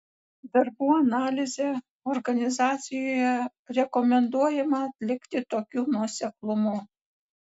darbų analizę organizacijoje rekomenduojama atlikti tokiu nuoseklumu